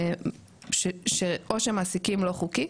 או שמעסיקים לא חוקי,